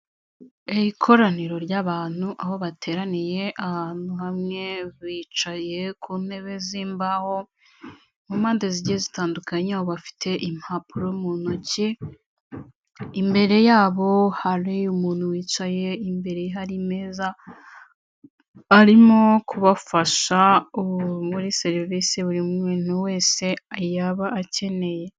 Ikoraniro ry'abantu aho bateraniye ahantu hamwe bicaye ku ntebe z'imbaho, mu mpande zigiye zitandukanye aho bafite impapuro mu ntoki, imbere yabo hari umuntu wicaye, imbere hari imeza arimo kubafasha muri serivisi buri muntu wese yaba akeneye.